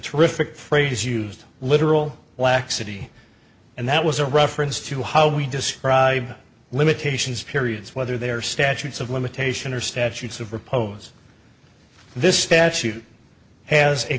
terrific phrase used literal laxity and that was a reference to how we describe limitations periods whether there are statutes of limitation or statutes of repose this statute has a